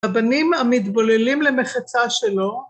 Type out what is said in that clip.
הבנים המתבוללים למחצה שלו